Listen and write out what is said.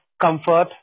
comfort